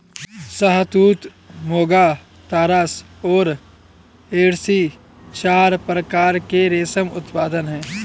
शहतूत, मुगा, तसर और एरी चार प्रकार के रेशम उत्पादन हैं